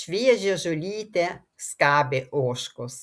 šviežią žolytę skabė ožkos